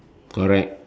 correct